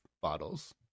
bottles